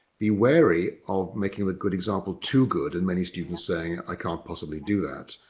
be wary of making the good example too good, and many students saying, i can't possibly do that,